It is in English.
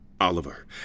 Oliver